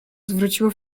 zwróciło